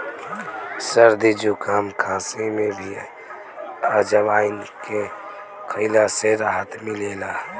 सरदी जुकाम, खासी में भी अजवाईन के खइला से राहत मिलेला